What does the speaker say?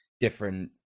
different